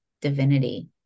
divinity